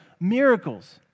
miracles